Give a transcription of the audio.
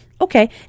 Okay